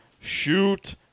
shoot